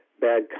bad